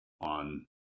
on